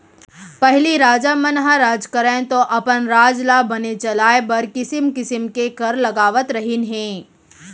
पहिली राजा मन ह राज करयँ तौ अपन राज ल बने चलाय बर किसिम किसिम के कर लगावत रहिन हें